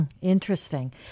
Interesting